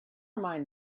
mind